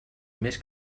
més